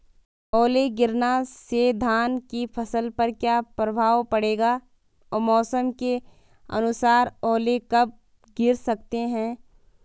ओले गिरना से धान की फसल पर क्या प्रभाव पड़ेगा मौसम के अनुसार ओले कब गिर सकते हैं?